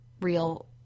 real